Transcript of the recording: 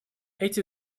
эти